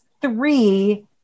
three